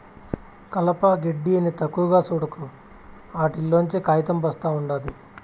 కలప, గెడ్డి అని తక్కువగా సూడకు, ఆటిల్లోంచే కాయితం ఒస్తా ఉండాది